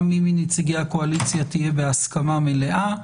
מי מנציגי הקואליציה תהיה בהסכמה מלאה.